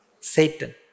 Satan